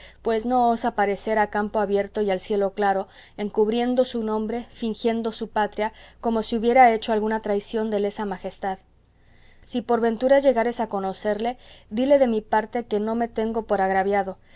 pues no osa parecer a campo abierto y al cielo claro encubriendo su nombre fingiendo su patria como si hubiera hecho alguna traición de lesa majestad si por ventura llegares a conocerle dile de mi parte que no me tengo por agraviado